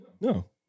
No